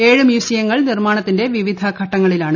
ഏഴ് മ്യൂസിയങ്ങൾ ന്യിർമ്മാണത്തിന്റെ വിവിധ ഘട്ടങ്ങളിലാണ്